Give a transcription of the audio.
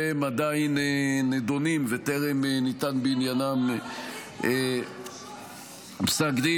והן עדיין נדונות וטרם ניתן בעניינם פסק דין.